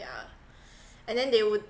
yeah and then they would